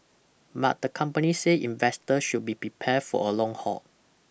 but the company said investor should be prepared for a long haul